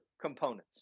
components